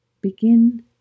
Begin